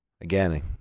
Again